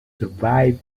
survive